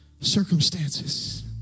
circumstances